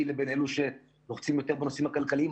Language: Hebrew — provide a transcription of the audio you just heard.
לבין אלו שלוחצים יותר בנושאים הכלכליים.